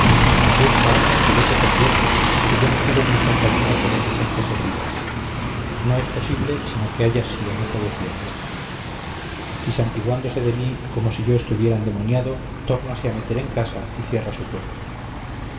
busca amo y vete con dios que yo no quiero en mi compañía tan diligente servidor no es posible sino que hayas sido mozo de ciego y santiguándose de mí como si yo estuviera endemoniado tórnase a meter en casa y cierra su puerta